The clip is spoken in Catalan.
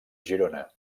girona